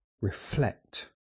reflect